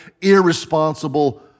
irresponsible